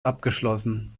abgeschlossen